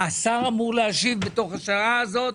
השר אמור להשיב בתוך השעה הזאת,